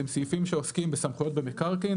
הם סעיפים שעוסקים בסמכויות במקרקעין.